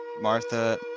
Martha